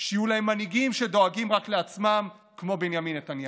שיהיו להם מנהיגים שדואגים רק לעצמם כמו בנימין נתניהו.